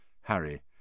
Harry